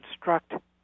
construct